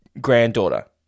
granddaughter